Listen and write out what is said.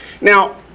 Now